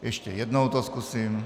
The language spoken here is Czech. Ještě jednou to zkusím...